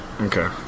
Okay